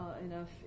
enough